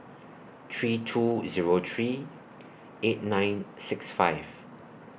three two Zero three eight nine six five